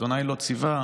"אדוני לא ציווה",